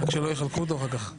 רק שלא יחלקו אותו אחר כך.